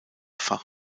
fach